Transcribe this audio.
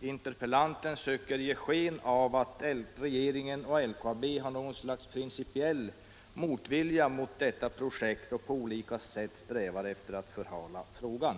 interpellanten söker ge ”sken av att regeringen och LKAB har något slags principiell motvilja mot detta projekt och på olika sätt strävar efter att förhala frågan”.